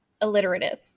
alliterative